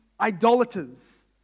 idolaters